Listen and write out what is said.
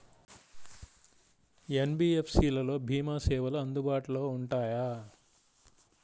NBFC లలో భీమా సేవలు అందుబాటులో ఉంటాయా?